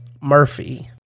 Murphy